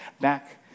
back